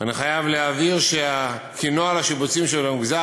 אני חייב להבהיר כי נוהל השיבוצים של המגזר